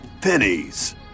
Pennies